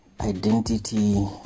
identity